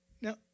Now